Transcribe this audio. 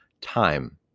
time